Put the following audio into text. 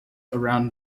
around